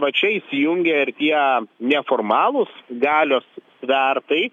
va čia įsijungia ir tie neformalūs galios svertai